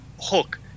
hook